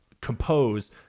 compose